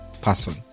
person